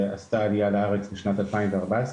שעשתה עלייה לארץ בשנת 2014,